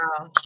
Wow